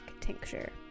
tincture